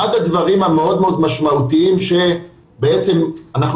אחד הדברים המאוד מאוד משמעותיים שבעצם אנחנו